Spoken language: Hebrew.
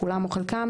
כולם או חלקם,